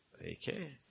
Okay